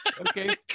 Okay